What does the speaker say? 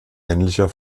männlicher